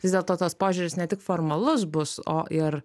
vis dėlto tas požiūris ne tik formalus bus o ir